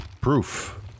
proof